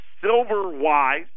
Silver-wise